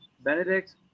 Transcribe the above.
benedict